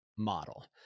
model